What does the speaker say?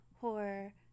horror